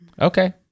Okay